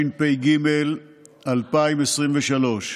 התשפ"ג 2023: